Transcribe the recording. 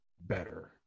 better